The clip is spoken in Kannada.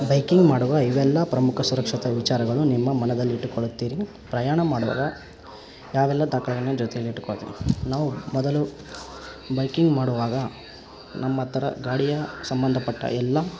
ಬೈಕಿಂಗ್ ಮಾಡುವ ಇವೆಲ್ಲ ಪ್ರಮುಖ ಸುರಕ್ಷತೆ ವಿಚಾರಗಳು ನಿಮ್ಮ ಮನದಲ್ಲಿ ಇಟ್ಟುಕೊಳ್ಳುತ್ತೀರಿ ಪ್ರಯಾಣ ಮಾಡುವಾಗ ಯಾವೆಲ್ಲ ದಾಖಲೆಗಳನ್ನು ಜೊತೆಯಲ್ಲಿ ಇಟ್ಕೊಳ್ತೀರಿ ನಾವು ಮೊದಲು ಬೈಕಿಂಗ್ ಮಾಡುವಾಗ ನಮ್ಮತ್ತಿರ ಗಾಡಿಯ ಸಂಬಂಧಪಟ್ಟ ಎಲ್ಲ